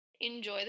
Enjoy